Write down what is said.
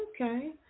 Okay